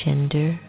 Gender